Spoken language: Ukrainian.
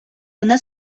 вона